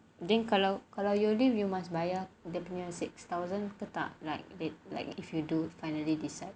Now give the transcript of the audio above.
then kalau kalau you leave you must bayar dia punya six thousand ke tak like it like if you do finally decide